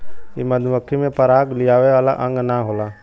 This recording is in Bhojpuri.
इ मधुमक्खी में पराग लियावे वाला अंग ना होला